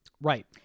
Right